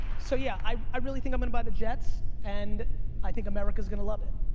so yeah, i really think i'm gonna buy the jets and i think america's gonna love it.